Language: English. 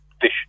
fish